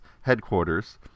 headquarters